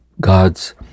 God's